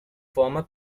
former